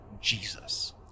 Jesus